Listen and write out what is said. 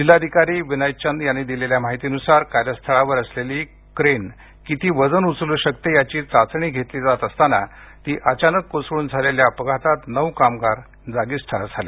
जिल्हाधिकारी विनय चंद यांनी दिलेल्या माहितीनुसार कार्यस्थळावर असलेली करेन किती वजन उचलू शकते याची चाचणी घेतली जात असताना ती अचानक कोसळून झालेल्या अपघातात नऊ कामगार जागीच ठार झाले